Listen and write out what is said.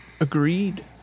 Agreed